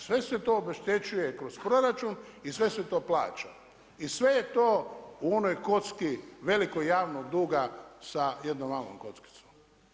Sve se to obeštećuje kroz proračun i sve se to plaća i sve je to u onoj kocki velikoj javnog duga sa jednom malom kockicom.